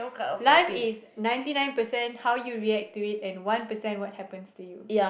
life is ninety nine percent how you react to it and one percent what happens to you